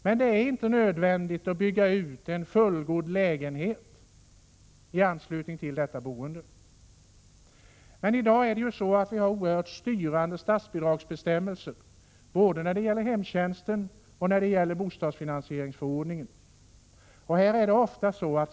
Men det är inte nödvändigt att bygga ut rummen i detta boende till fullgoda lägenheter. I dag har vi oerhört styrande statsbidragsbestämmelser både när det gäller hemtjänsten och när det gäller bostadsfinansieringsförordningen.